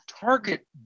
target